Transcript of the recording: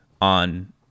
on